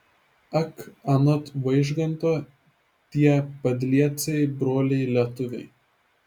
ak anot vaižganto tie padliecai broliai lietuviai